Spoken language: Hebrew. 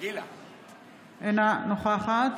אינה נוכחת